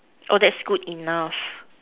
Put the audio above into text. oh that's good enough